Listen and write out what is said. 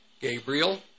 Gabriel